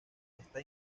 está